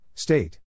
State